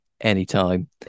anytime